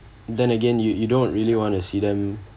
then again you you don't really want to see them